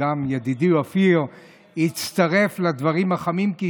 וגם ידידי אופיר הצטרף לדברים החמים.